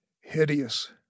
Hideous